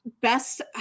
Best